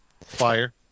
Fire